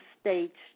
states